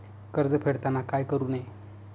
कर्ज फेडताना काय करु नये?